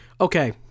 Okay